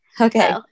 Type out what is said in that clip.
Okay